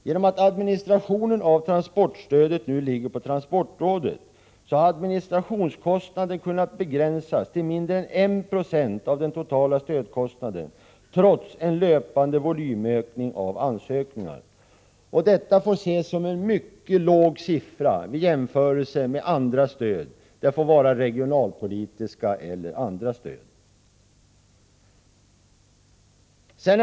Genom att administrationen av transportstödet nu åligger transportrådet, har administrationskostnaden kunnat begränsas till mindre än 1 96 av den totala stödkostnaden, trots en löpande volymökning av ansökningar. Detta får ses som en mycket låg siffra vid jämförelse med övriga stöd, regionalpolitiska eller andra.